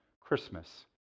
Christmas